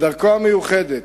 בדרכו המיוחדת,